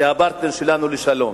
שהיא הפרטנר שלנו לשלום.